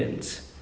mm